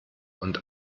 und